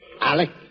Alec